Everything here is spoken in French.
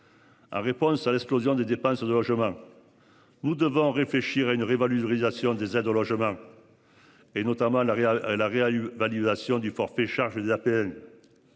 En réponse à l'explosion des dépenses de logement. Nous devons réfléchir à une réévalue uberisation des aides au logement. Et notamment la Real l'avait a eu évaluation du forfait charge des APL.